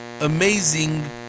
amazing